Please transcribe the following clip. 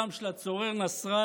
30 שנה